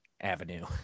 avenue